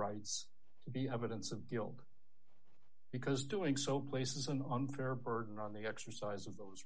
rights to be evidence of guilt because doing so places an unfair burden on the exercise of those